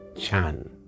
Chan